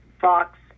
Fox